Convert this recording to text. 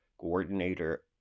coordinator